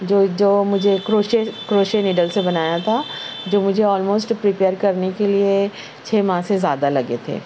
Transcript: جو جو مجھے کروشیا کروشیا نیڈل سے بنایا تھا جو مجھے آل موسٹ پریپئر کرنے کے لیے چھ ماہ سے زیادہ لگے تھے